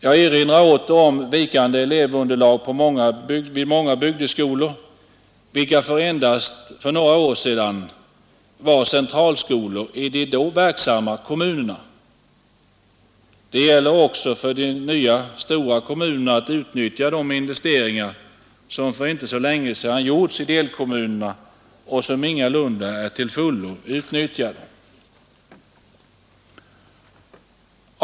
Jag erinrar åter om vikande elevunderlag i många bygdeskolor vilka för endast några år sedan var centralskolor i de då verksamma kommunerna. Det gäller också för de nya stora kommunerna att utnyttja de investeringar som för inte så länge sedan gjorts i delkommunerna och som ingalunda är till fullo utnyttjade.